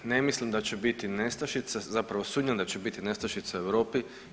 Ne mislim da će biti nestašice, zapravo sumnjam da će biti nestašica u Europi.